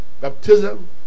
baptism